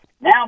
now